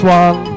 one